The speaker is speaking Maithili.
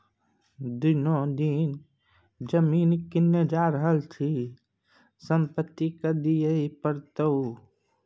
दिनो दिन जमीन किनने जा रहल छी संपत्ति कर त दिअइये पड़तौ